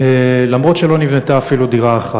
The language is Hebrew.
אף שלא נבנתה אפילו דירה אחת.